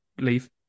leave